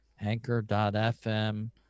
anchor.fm